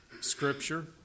Scripture